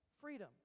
freedom